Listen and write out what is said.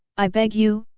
i beg you,